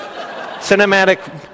Cinematic